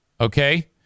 okay